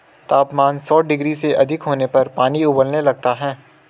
तापमान सौ डिग्री से अधिक होने पर पानी उबलने लगता है